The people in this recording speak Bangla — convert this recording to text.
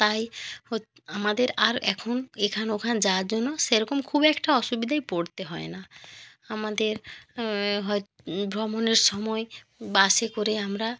তাই হো আমাদের আর এখন এখান ওখান যাওয়ার জন্য সেরকম খুব একটা অসুবিধায় পড়তে হয় না আমাদের হয় ভ্রমণের সময় বাসে করে আমরা